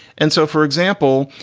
and so, for example,